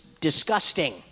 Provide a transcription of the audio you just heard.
disgusting